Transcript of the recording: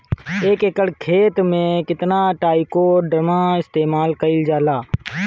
एक एकड़ खेत में कितना ट्राइकोडर्मा इस्तेमाल कईल जाला?